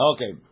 Okay